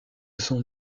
sont